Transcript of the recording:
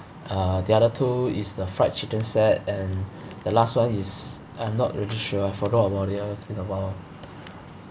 uh the other two is the fried chicken set and the last one is I'm not really sure forgot about it ah it's been awhile